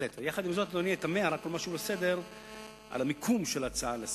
עם זאת, אני תוהה על המיקום של ההצעה בסדר-היום.